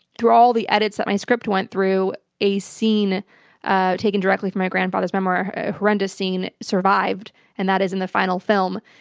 through all the edits that my script went through, a scene taken directly from my grandfather's memoir, a horrendous scene, survived, and that is in the final film.